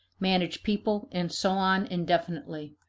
manage people, and so on indefinitely.